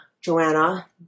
Joanna